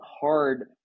hard